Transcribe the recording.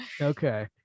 Okay